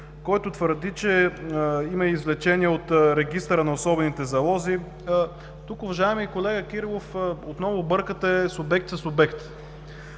който твърди, че има извлечения от Регистъра на особените залози. Уважаеми колега Кирилов, тук отново бъркате субект с обект.